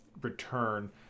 return